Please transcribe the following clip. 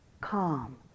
calm